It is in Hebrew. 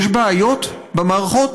יש בעיות במערכות?